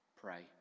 pray